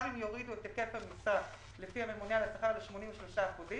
גם אם יורידו את היקף המשרה לפי הממונה על השכר שזה 83 אחוזים